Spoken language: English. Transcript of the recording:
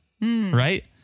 right